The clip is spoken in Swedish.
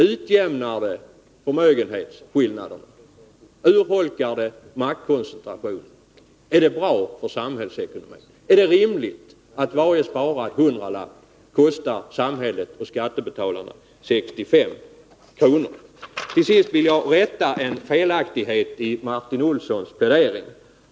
Utjämnar det förmögenhetsskillnaderna, urholkar det maktkoncentrationen, är det bra för samhällsekonomin, är det rimligt att varje sparad hundralapp kostar samhället och skattebetalarna 65 kr.? Till sist vill jag rätta till en felaktighet i Martin Olssons plädering.